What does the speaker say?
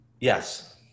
Yes